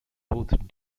both